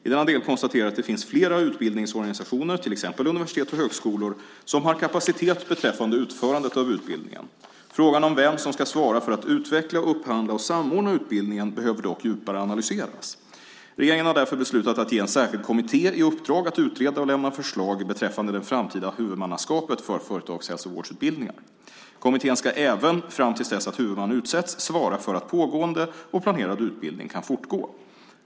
I denna del konstaterar jag att det finns flera utbildningsorganisationer, till exempel universitet och högskolor, som har kapacitet beträffande utförandet av utbildningen. Frågan om vem som ska svara för att utveckla, upphandla och samordna utbildningen behöver dock djupare analyseras. Regeringen har därför beslutat att ge en särskild kommitté i uppdrag att utreda och lämna förslag beträffande det framtida huvudmannaskapet för företagshälsovårdsutbildningar. Kommittén ska även fram till dess att huvudman utsetts svara för att pågående och planerad utbildning kan fortgå.